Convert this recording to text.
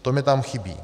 To mi tam chybí.